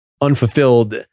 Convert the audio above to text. unfulfilled